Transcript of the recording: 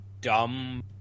dumb